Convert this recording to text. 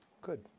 Good